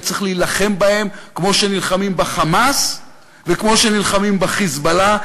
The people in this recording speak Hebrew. וצריך להילחם בהם כמו שנלחמים ב"חמאס" וכמו שנלחמים ב"חיזבאללה".